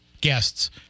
guests